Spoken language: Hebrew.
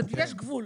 יש גבול.